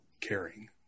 caring